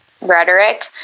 rhetoric